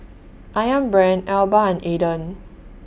Ayam Brand Alba and Aden